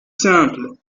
simple